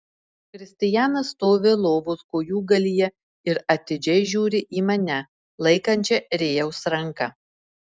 kristijanas stovi lovos kojūgalyje ir atidžiai žiūri į mane laikančią rėjaus ranką